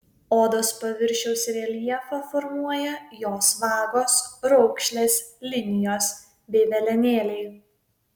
odos paviršiaus reljefą formuoja jos vagos raukšlės linijos bei velenėliai